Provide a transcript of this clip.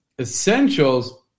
Essentials